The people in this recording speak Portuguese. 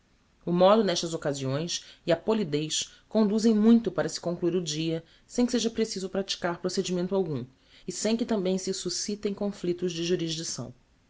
o modo nestas occasiões e a polidez conduzem muito para se concluir o dia sem que seja preciso praticar procedimento algum e sem que tambem se suscitem conflictos de jurisdicção